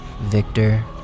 Victor